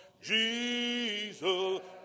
Jesus